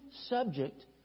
subject